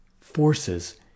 forces